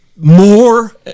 more